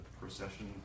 procession